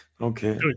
Okay